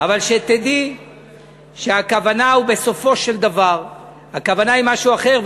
אבל שתדעי שהכוונה בסופו של דבר היא משהו אחר.